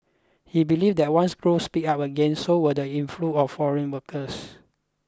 he believed that once growths picked up again so will the inflow of foreign workers